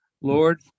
Lord